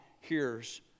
hears